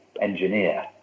engineer